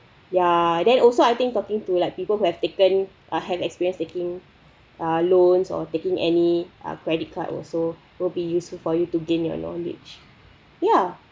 ya then also I think talking to like people who have taken uh have experience taking uh loans or taking any uh credit card also will be useful for you to gain your knowledge ya